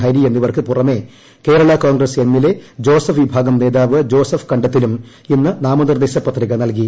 ഹരി എന്നിവർക്ക് പുറമേ കേരള കോൺഗ്രസ് എമ്മില്ലെ ജോസഫ് വിഭാഗം നേതാവ് ജോസഫ് കണ്ടത്തിലും ഇന്ന് നാമനിർദ്ദേശ പത്രിക്ക് കൽകി